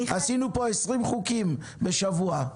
עשינו פה עשרים חוקים בשבוע,